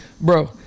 bro